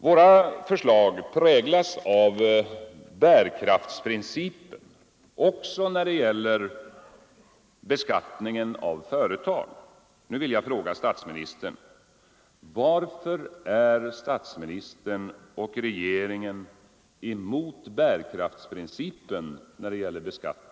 Våra förslag präglas av bärkraftsprincipen också debatt Varför är statsministern och regeringen emot bärkraftsprincipen när det